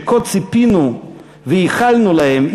שכה ציפינו וייחלנו להם,